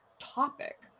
topic